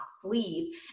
sleep